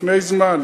לפני זמן,